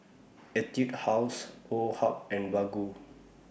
Etude House Woh Hup and Baggu